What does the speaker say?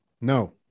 No